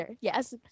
yes